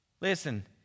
Listen